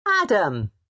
Adam